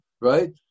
right